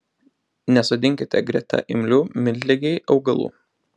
nesodinkite greta imlių miltligei augalų